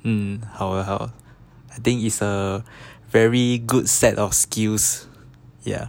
hmm 好 ah 好 ah I think is a very good set of skills ya